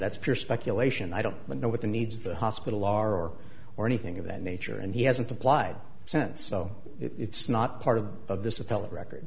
that's pure speculation i don't know what the needs of the hospital are or or anything of that nature and he hasn't replied sense so it's not part of of this appellate record